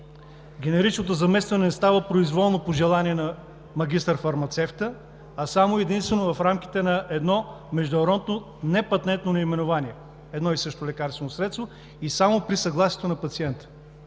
Генеричното заместване не става произволно, по желание на магистър-фармацевта, а само и единствено в рамките на едно международно непатентно наименование – едно и също лекарствено средство, и само при съгласието на пациента.